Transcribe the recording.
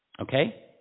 okay